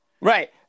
Right